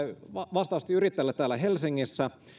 vastaavasti yrittäjälle täällä helsingissä